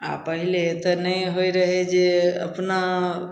आओर पहिले तऽ नहि होइ रहै जे अपना